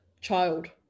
child